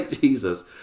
Jesus